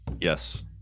yes